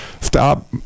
stop